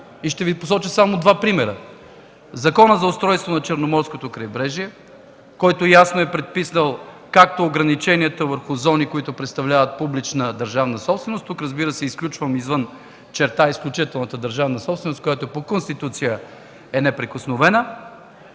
Ще Ви посоча само два примера. Законът за устройството на Черноморското крайбрежие, който ясно е предписал ограничението върху зони, които представляват публична държавна собственост, разбира се, тук слагам извън черта изключителната държавна собственост, която по Конституция е неприкосновена.